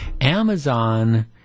Amazon